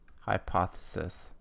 hypothesis